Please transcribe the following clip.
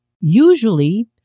Usually